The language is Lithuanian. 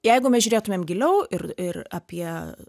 jeigu mes žiūrėtumėm giliau ir ir apie